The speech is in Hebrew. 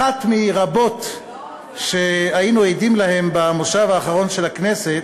אחת מרבות שהיינו עדים להן במושב האחרון של הכנסת,